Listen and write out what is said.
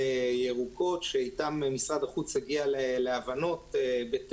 כאזורים ירוקים יכולים תוך 24 שעות להפוך לאדומים מה המשמעות מבחינתך?